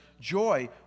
joy